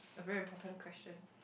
a very important question